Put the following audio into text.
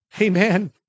Amen